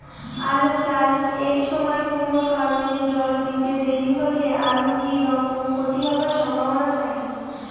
আলু চাষ এর সময় কুনো কারণে জল দিতে দেরি হইলে আলুর কি রকম ক্ষতি হবার সম্ভবনা থাকে?